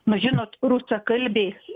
nu žinot rusakalbiai